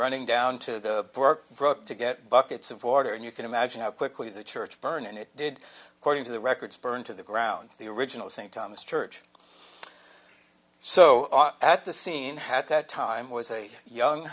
running down to the brook to get buckets of water and you can imagine how quickly the church burn and it did cording to the records burned to the ground the original st thomas church so at the scene had that time was a